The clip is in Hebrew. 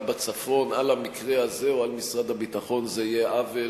בצפון על המקרה הזה או על משרד הביטחון זה יהיה עוול,